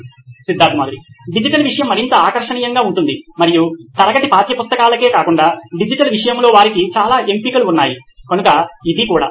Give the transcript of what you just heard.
Siddharth Mathuri CEO నోయిన్ electronics digital విషయము మరింత ఆకర్షణీయంగా ఉంటుంది మరియు తరగతి పాఠ్యపుస్తకాలకే కాకుండా డిజిటల్ విషయములో వారికి చాలా ఎంపికలు ఉన్నాయి కనుక ఇది కూడా